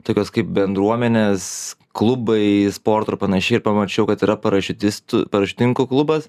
tokios kaip bendruomenės klubai sporto ir panašiai ir pamačiau kad yra parašiutistų parašiutininkų klubas